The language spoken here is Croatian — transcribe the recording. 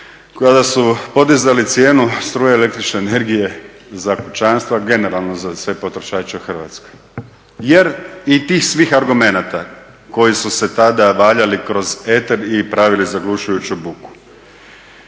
kada su podizali cijenu struje električne energije za kućanstva, generalno za sve potrošače u Hrvatskoj jer i tih svih argumenata koji su se tada valjali kroz eter i pravili zaglušujuću buku.